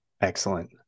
Excellent